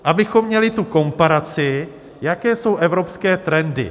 Abychom měli tu komparaci, jaké jsou evropské trendy.